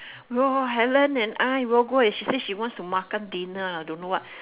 no helen and I robo she say she wants to makan dinner lah don't know what